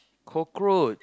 cockroach